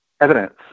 evidence